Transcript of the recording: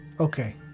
Okay